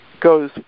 goes